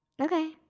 Okay